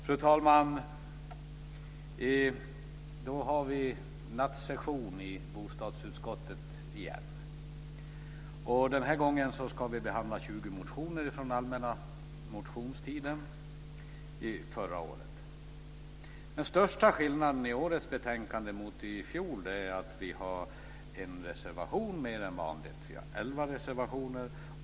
Fru talman! Så har vi nattsession i bostadsutskottet igen. Den här gången ska vi behandla 20 motioner från allmänna motionstiden förra året. Den största skillnaden i årets betänkande jämfört med i fjol är att vi i år har en reservation mer än vanligt. Vi har 11 reservationer.